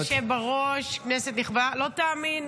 תודה, אדוני היושב בראש, כנסת נכבדה, לא תאמין,